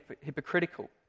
hypocritical